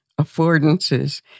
affordances